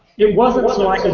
it wasn't so i